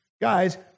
guys